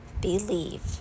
believe